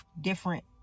different